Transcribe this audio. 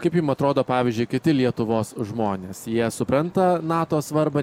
kaip jum atrodo pavyzdžiui kiti lietuvos žmonės jie supranta nato svarbą